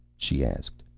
she asked.